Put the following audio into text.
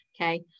okay